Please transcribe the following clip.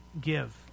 give